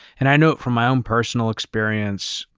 and i know from my own personal experience,